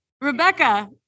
Rebecca